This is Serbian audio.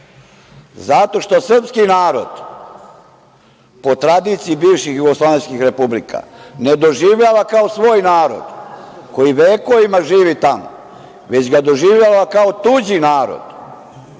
zato što srpski narod, po tradiciji bivših jugoslovenskih republika, ne doživljava kao svoj narod koji vekovima živi tamo, već ga doživljava kao tuđi narod,